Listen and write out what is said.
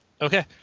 Okay